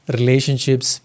Relationships